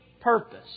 purpose